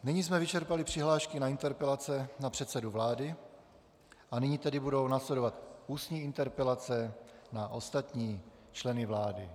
Nyní jsme vyčerpali přihlášky na interpelace na předsedu vlády a nyní tedy budou následovat ústní interpelace na ostatní členy vlády.